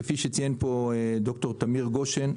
כפי שציין פה ד"ר תמיר גושן,